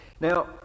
now